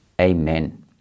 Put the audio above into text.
amen